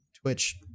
Twitch